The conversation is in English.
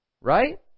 Right